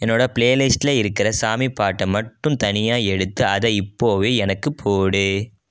என்னோடய பிளேலிஸ்ட்டில் இருக்கிற சாமி பாட்டை மட்டும் தனியாக எடுத்து அதை இப்போவே எனக்கு போடு